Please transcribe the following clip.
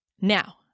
Now